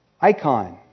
icon